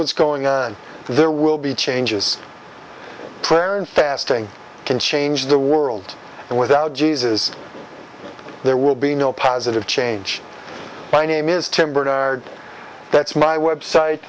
what's going on there will be changes in prayer and fasting can change the world and without jesus there will be no positive change my name is tim bernard that's my website